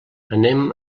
anem